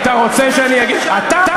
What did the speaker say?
לא עשית שום דבר חוץ מלדבר, אתה?